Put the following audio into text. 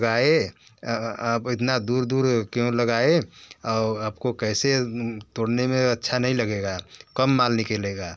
लगाए आप इतना दूर दूर क्यों लगाए और आपको कैसे तोड़ने में अच्छा नहीं लगेगा कम माल निकलेगा